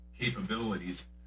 capabilities